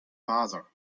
father